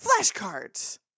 flashcards